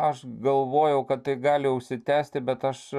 aš galvojau kad tai gali užsitęsti bet aš